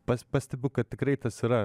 pats pastebiu kad tikrai tas yra